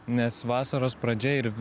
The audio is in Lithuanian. nes vasaros pradžia ir